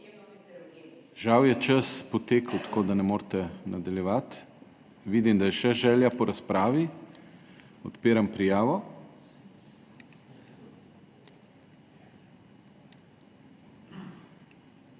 Žal je čas potekel, tako da ne morete nadaljevati. Vidim, da je še želja po razpravi. Odpiram prijavo.